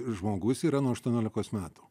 žmogus yra nuo aštuoniolikos metų